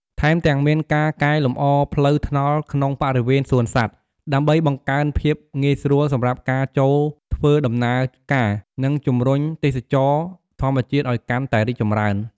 ថែមទាំងមានការកែលម្អផ្លូវថ្នល់ក្នុងបរិវេណសួនសត្វ ដើម្បីបង្កើនភាពងាយស្រួលសម្រាប់ការចូធ្វើដំណើរការ និងជម្រុញទេសចរណ៍ធម្មជាតិឲ្យកាន់តែរីកចម្រើន។